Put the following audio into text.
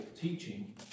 teaching